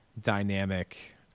dynamic